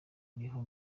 uriho